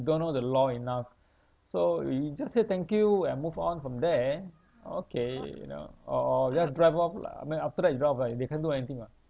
don't know the law enough so we just say thank you and move on from there okay you know or or just drive off lah I mean after that you drive off right they can't do anything [what]